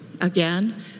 Again